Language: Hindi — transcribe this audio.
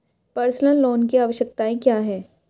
पर्सनल लोन की आवश्यकताएं क्या हैं?